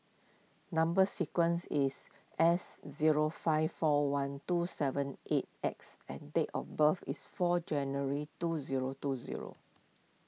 Number Sequence is S zero five four one two seven eight X and date of birth is four January two zero two zero